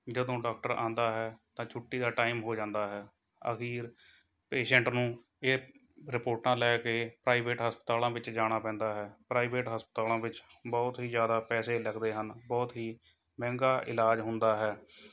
ਜਦੋਂ ਡਾਕਟਰ ਆਉਂਦਾ ਹੈ ਤਾਂ ਛੁੱਟੀ ਦਾ ਟਾਈਮ ਹੋ ਜਾਂਦਾ ਹੈ ਅਖੀਰ ਪੇਸ਼ੈਂਟ ਨੂੰ ਇਹ ਰਿਪੋਰਟਾਂ ਲੈ ਕੇ ਪ੍ਰਾਈਵੇਟ ਹਸਪਤਾਲਾਂ ਵਿੱਚ ਜਾਣਾ ਪੈਂਦਾ ਹੈ ਪ੍ਰਾਈਵੇਟ ਹਸਪਤਾਲਾਂ ਵਿੱਚ ਬਹੁਤ ਹੀ ਜ਼ਿਆਦਾ ਪੈਸੇ ਲੱਗਦੇ ਹਨ ਬਹੁਤ ਹੀ ਮਹਿੰਗਾ ਇਲਾਜ ਹੁੰਦਾ ਹੈ